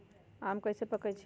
आम कईसे पकईछी?